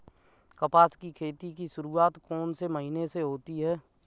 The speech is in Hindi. कपास की खेती की शुरुआत कौन से महीने से होती है?